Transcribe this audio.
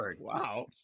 Wow